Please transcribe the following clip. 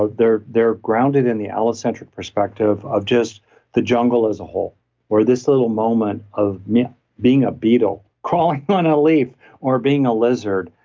ah they're they're grounded in the allocentric perspective of just the jungle as a whole or this little moment of being a beetle crawling on a leaf or being a lizard,